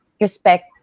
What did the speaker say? respect